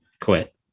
quit